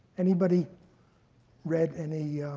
anybody read any